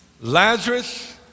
Lazarus